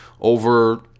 over